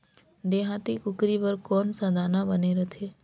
देहाती कुकरी बर कौन सा दाना बने रथे?